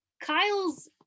Kyle's